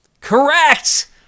correct